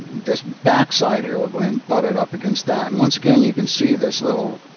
this backside here will win but it up against that and once again you can see this little